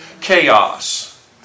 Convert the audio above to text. Chaos